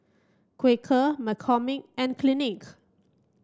Quaker McCormick and Clinique